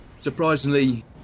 Surprisingly